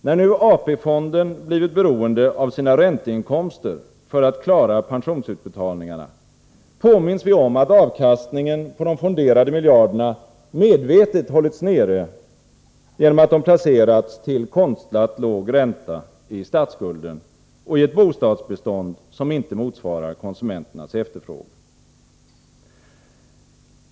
När nu AP-fonden blivit beroende av sina ränteinkomster för att klara pensionsutbetalningarna, påminns vi om att avkastningen på de fonderade miljarderna medvetet hållits nere genom att de placerats till konstlat låg ränta i statsskulden och i ett bostadsbestånd som inte motsvarar konsumenternas efterfrågan.